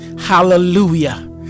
hallelujah